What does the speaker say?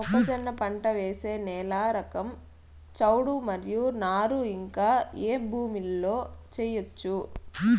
మొక్కజొన్న పంట వేసే నేల రకం చౌడు మరియు నారు ఇంకా ఏ భూముల్లో చేయొచ్చు?